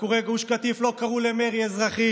עקורי גוש קטיף לא קראו למרי אזרחי